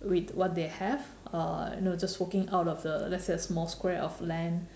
with what they have uh you know just working out of the let's say a small square of land